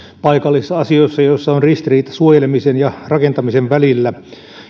paikallisasioissa joissa on ristiriita suojelemisen ja rakentamisen välillä